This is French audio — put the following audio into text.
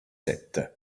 sept